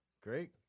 Great